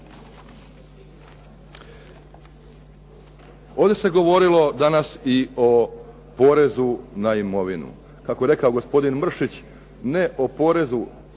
Ovdje se govorilo danas i o porezu na imovinu. Kako je rekao gospodin Mršić, ne o porezu na promet